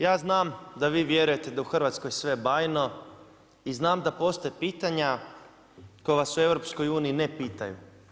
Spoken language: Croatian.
Ja znam, da vi vjerujete da je u Hrvatskoj sve bajno i znam da postaju pitanja, koja vas u EU ne pitaju.